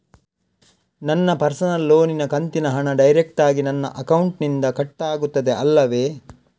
ನನ್ನ ಪರ್ಸನಲ್ ಲೋನಿನ ಕಂತಿನ ಹಣ ಡೈರೆಕ್ಟಾಗಿ ನನ್ನ ಅಕೌಂಟಿನಿಂದ ಕಟ್ಟಾಗುತ್ತದೆ ಅಲ್ಲವೆ?